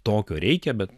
tokio reikia bet